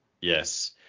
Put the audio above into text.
Yes